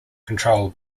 control